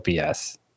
OPS